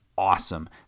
awesome